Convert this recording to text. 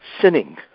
sinning